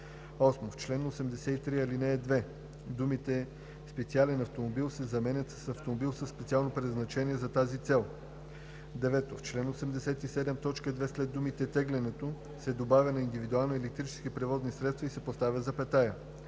8. В чл. 83, ал. 2 думите „специален автомобил“ се заменят с „автомобил със специално предназначение за тази цел“. 9. В чл. 87, т. 2 след думата „тегленето“ се добавя „на индивидуални електрически превозни средства“ и се поставя запетая.